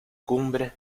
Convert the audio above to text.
cumbre